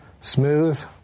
Smooth